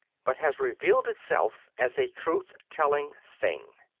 but has revealed itself as a truth-telling thing.